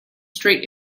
straight